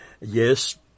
Yes